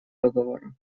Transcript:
договора